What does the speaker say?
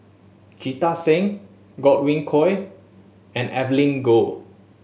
Jita Singh Godwin Koay and Evelyn Goh